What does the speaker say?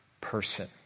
person